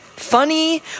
Funny